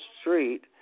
street